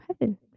heaven